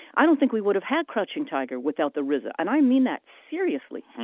i don't think we would have had crouching tiger without the reserve. and i mean that seriously.